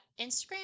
Instagram